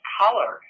color